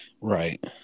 Right